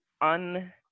un